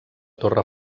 torre